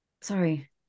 Sorry